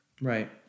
right